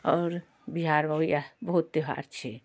आओर बिहारमे एगो इएह बहुते तिहार छै